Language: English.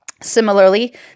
Similarly